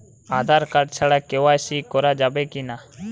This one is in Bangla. আঁধার কার্ড ছাড়া কে.ওয়াই.সি করা যাবে কি না?